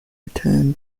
return